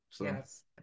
Yes